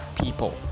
people